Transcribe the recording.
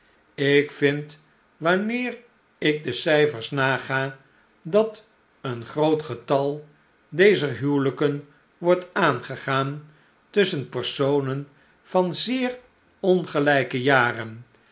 ik vind wanneer ik de cijfers naga dat een groot getal dezer huwelijken wordt aangegaan tusschen personen van zeer ongelijke jaren